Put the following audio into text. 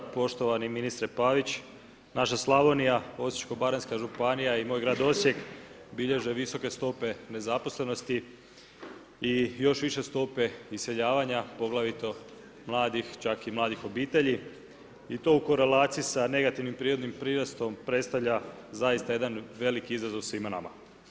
Poštovani ministre Pavić, naša Slavonija, Osječko-baranjska županija i moj grad Osijek bilježe visoke stope nezaposlenosti i još više stope iseljavanja poglavito mladih, čak i mladih obitelji i to u korelaciji sa negativnim prirodnim prirastom predstavlja zaista jedan veliki izazov svima vama.